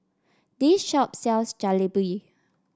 this shop sells Jalebi